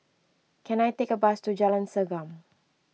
can I take a bus to Jalan Segam